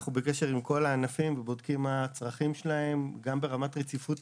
אנחנו בקשר על כל הענפים ובודקים מה הצרכים שלהם גם ברמת רציפות